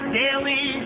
daily